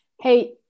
hey